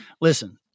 listen